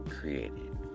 created